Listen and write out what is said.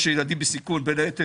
יש ילדים בסיכון בין היתר,